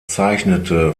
zeichnete